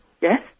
Yes